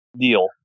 deal